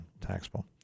Taxable